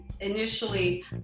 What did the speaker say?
initially